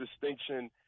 distinction